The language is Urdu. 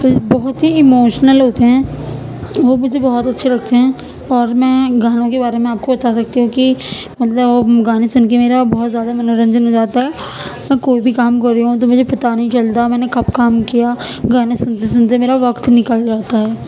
بہت ہی اموشنل ہوتے ہیں وہ مجھے بہت اچھے لگتے ہیں اور میں گانوں کے بارے میں آپ کو بتا سکتی ہوں کہ ملطب گانے سن کے میرا بہت زیادہ منورنجن ہو جاتا ہے میں کوئی بھی کام کر رہی ہوں تو مجھے پتہ نہیں چلتا ہے میں نے کب کام کیا گانے سنتے سنتے میرا وقت نکل جاتا ہے